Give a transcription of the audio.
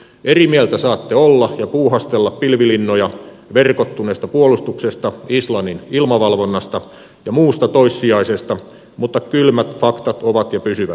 eri mieltä saatte olla ja puuhastella pilvilinnoja verkottuneesta puolustuksesta islannin ilmavalvonnasta ja muusta toissijaisesta mutta kylmät faktat ovat ja pysyvät